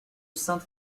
sainte